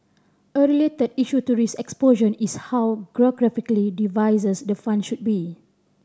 a related issue to risk exposure is how geographically diversified the fund should be